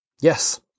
Yes